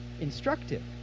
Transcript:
instructive